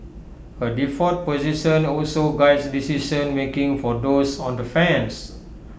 A default position also Guides decision making for those on the fence